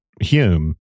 Hume